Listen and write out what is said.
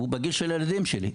הוא בגיל של הילדים שלי,